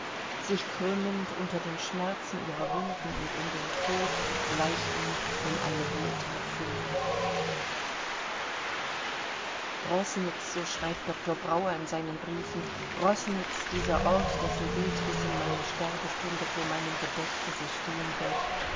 sich krümmend unter den schmerzen ihrer wunden und um den tod gleichwie um eine wohlthat flehend roßnitz so schreibt doktor brauer in seinen briefen roßnitz dieser ort dessen bild bis in meine sterbestunde vor meinem gedächtnisse stehen wird